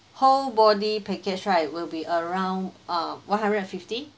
whole body package right will be around uh one hundred and fifty